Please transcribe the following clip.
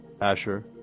Asher